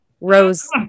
Rose